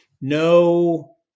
no